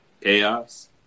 Chaos